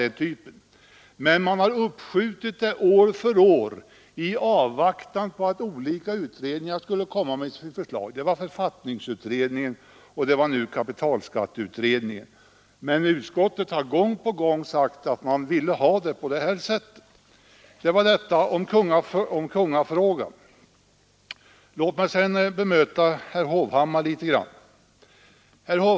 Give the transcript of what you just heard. Utskottet har uppskjutit sitt ståndpunktstagande år från år i avvaktan på att olika utredningar skulle komma med sina förslag — det var t.ex. författningsutredningen och nu senast kapitalskatteberedningen — men man har gång på gång sagt att man ville ha det på det här sättet. Detta om kungafrågan! Låt mig sedan bemöta herr Hovhammar litet grand.